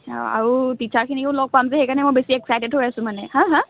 আৰু টিচাৰখিনিকো লগ পাম যে সেইকাৰণে মই বেছি এক্সাইটেড হৈ আছো মানে হা হা